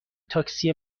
تاکسی